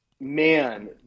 man